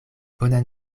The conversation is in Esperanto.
bonan